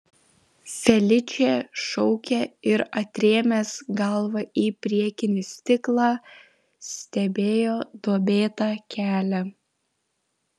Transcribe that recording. feličė šaukė ir atrėmęs galvą į priekinį stiklą stebėjo duobėtą kelią